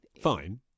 Fine